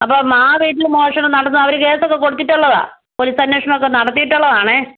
അപ്പം ആ വീട്ടിലും മോഷണം നടന്നതാണ് അവര് കേസൊക്കെ കൊടുത്തിട്ടുള്ളതാണ് പോലീസ് അന്വേഷണമൊക്കെ നടത്തിയിട്ടുള്ളതാണ്